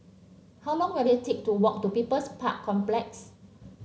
how long will it take to walk to People's Park Complex